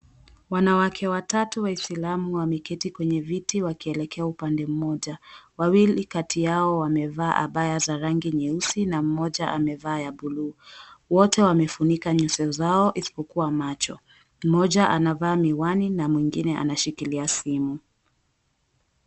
Wanawake watatu waislamu wameketi kwenye viti wakielekea upande mmoja. Wawili kati yao wamevaa abaya za rangi nyeusi na mmoja amevaa ya buluu. Wote wamefunika nyuso zao isipokua macho. Mmoja anavaa miwani na mwingine anashikilia simu.